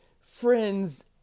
friends